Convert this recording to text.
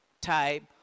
type